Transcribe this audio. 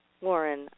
Warren